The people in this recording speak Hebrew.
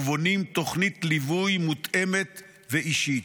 ובונים תוכנית ליווי מותאמת ואישית.